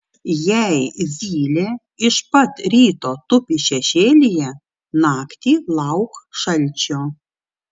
jei zylė iš pat ryto tupi šešėlyje naktį lauk šalčio